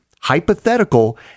hypothetical